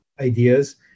ideas